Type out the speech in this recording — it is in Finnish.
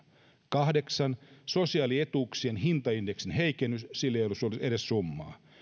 kahdeksan sosiaalietuuksien hintaindeksin heikennys sille ei ole edes summaa